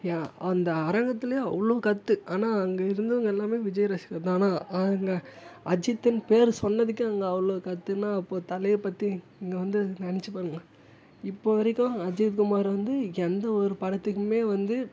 யா அந்த அரங்கத்துலேயே அவ்வளோ கற்று ஆனால் அங்கே இருந்தவங்க எல்லாமே விஜய் ரசிகர் தான் ஆனால் அங்கே அஜித்துன்னு பேர் சொன்னதுக்கே அங்கே அவ்வளோ கத்தினா அப்போ தலையை பற்றி நீங்கள் வந்து நினச்சி பாருங்கள் இப்போ வரைக்கும் அஜித்குமார் வந்து எந்த ஒரு படத்துக்குமே வந்து